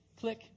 click